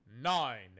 Nine